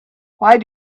why